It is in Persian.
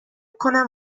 کنم